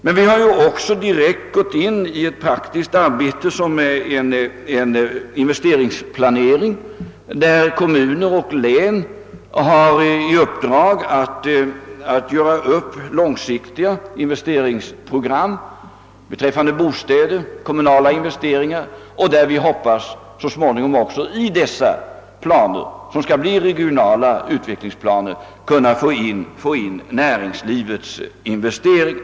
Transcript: Vi har emellertid också tagit upp ett direkt praktiskt arbete, som innefattar en investeringsplanering, inom vilken kommuner och län har i uppdrag att göra upp långsiktiga investeringsprogram beträffande bostäder och kommunala projekt. Vi hoppas att i detta arbete, som skall resultera i regionala utvecklingsplaner, så småningom kunna ta med även näringslivets investeringar.